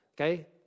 okay